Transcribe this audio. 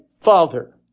Father